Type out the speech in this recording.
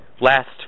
last